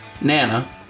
Nana